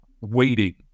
waiting